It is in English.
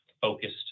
focused